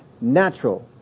natural